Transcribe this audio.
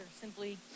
simply